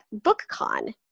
BookCon